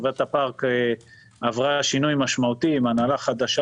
היא עברה שינוי משמעותי עם הנהלה חדשה